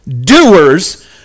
doers